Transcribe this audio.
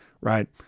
right